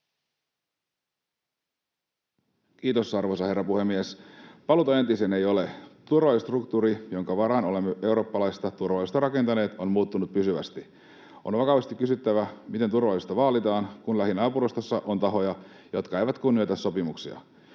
Kiitos, arvoisa herra puhemies! Paluuta entiseen ei ole. Turvallisuusstruktuuri, jonka varaan olemme eurooppalaista turvallisuutta rakentaneet, on muuttunut pysyvästi. On vakavasti kysyttävä, miten turvallisuutta vaalitaan, kun lähinaapurustossa on tahoja, jotka eivät kunnioita sopimuksia.